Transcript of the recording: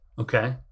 Okay